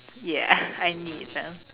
ya I need them